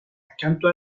accanto